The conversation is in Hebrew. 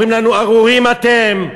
אומרים לנו: ארורים אתם.